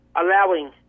allowing